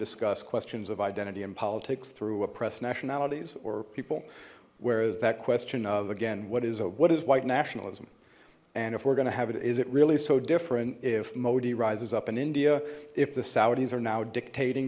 discuss questions of identity and politics through oppress nationalities or people whereas that question of again what is a what is white nationalism and if we're gonna have it is it really so different if modi rises up in india if the saudis are now dictating